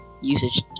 usage